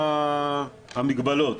לפי היכולות שלו ולפי המגבלות,